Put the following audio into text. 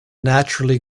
naturally